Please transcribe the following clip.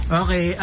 okay